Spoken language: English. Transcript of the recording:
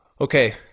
Okay